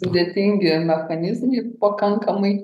sudėtingi mechanizmai pakankamai